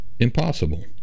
Impossible